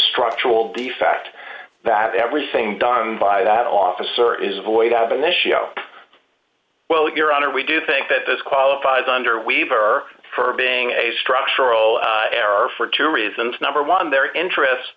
structural defect that everything done by that officer is void out of an issue well your honor we do think that this qualifies under waiver for being a structural error for two reasons number one their interests